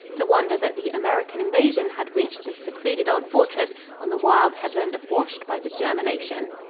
to wonder that the american invasion had reached this secluded old fortress on the wild headland washed by the german ocean.